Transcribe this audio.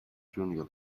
junior